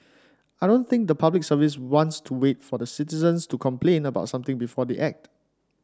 I don't think the Public Service wants to wait for citizens to complain about something before they act